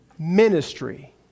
Ministry